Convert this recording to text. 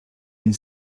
une